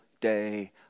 day